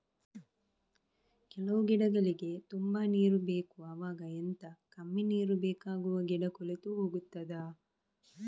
ಕೆಲವು ಗಿಡಗಳಿಗೆ ತುಂಬಾ ನೀರು ಬೇಕು ಅವಾಗ ಎಂತ, ಕಮ್ಮಿ ನೀರು ಬೇಕಾಗುವ ಗಿಡ ಕೊಳೆತು ಹೋಗುತ್ತದಾ?